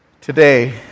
Today